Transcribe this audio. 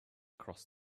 cross